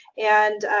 and,